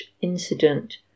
incident